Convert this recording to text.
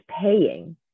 paying